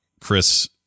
chris